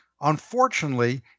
Unfortunately